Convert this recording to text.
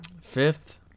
Fifth